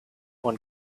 one